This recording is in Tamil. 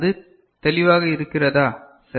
அது தெளிவாக இருக்கிறதா சரி